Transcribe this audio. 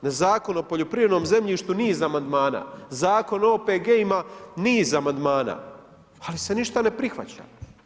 Na zakon o poljoprivrednom zemljištu niz amandmana, zakon o OPG-ima niz amandmana, ali se ništa ne prihvaća.